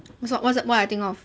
what's up what's what I think of